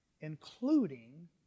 including